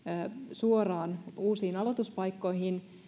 suoraan uusiin aloituspaikkoihin